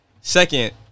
second